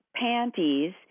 panties